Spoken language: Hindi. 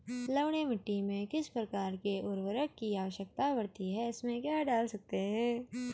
लवणीय मिट्टी में किस प्रकार के उर्वरक की आवश्यकता पड़ती है इसमें क्या डाल सकते हैं?